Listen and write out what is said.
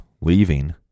leaving